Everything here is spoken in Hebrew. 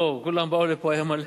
כולם באו לפה, היה מלא.